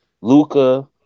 Luca